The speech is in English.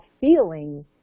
feeling